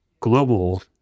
global